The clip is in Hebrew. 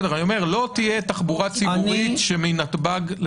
לא תהיה תחבורה ציבורית מנתב"ג.